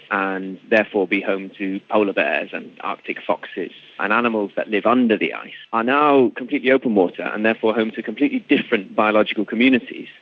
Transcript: and therefore be home to polar bears and arctic foxes and animals that live under the ice, are now completely open water and therefore home to completely different biological communities.